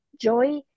joy